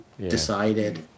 decided